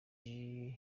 iri